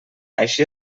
així